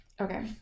Okay